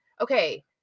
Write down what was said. Okay